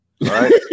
right